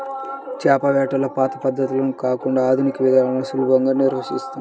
చేపల వేటలో పాత పద్ధతులను కాకుండా ఆధునిక విధానాల్లోనే సులువుగా నిర్వహిస్తున్నారు